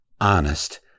honest